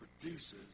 produces